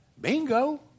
Bingo